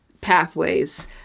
pathways